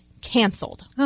canceled